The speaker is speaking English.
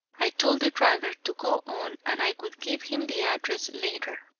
i told the driver to go on and i would give him the address later.